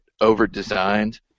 over-designed